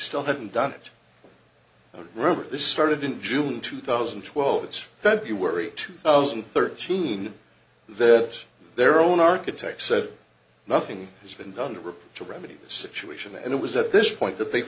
still haven't done it remember this started in june two thousand and twelve it's february two thousand and thirteen that their own architect said nothing has been done to to remedy the situation and it was at this point that they